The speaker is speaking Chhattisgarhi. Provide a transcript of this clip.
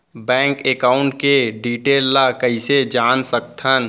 बैंक एकाउंट के डिटेल ल कइसे जान सकथन?